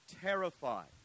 terrified